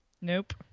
Nope